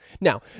Now